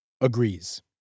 Agrees